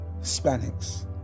Hispanics